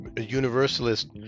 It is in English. universalist